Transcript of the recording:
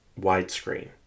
Widescreen